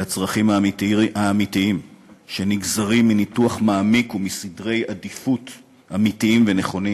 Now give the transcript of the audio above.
לצרכים האמיתיים שנגזרים מניתוח מעמיק ומסדרי עדיפויות אמיתיים ונכונים?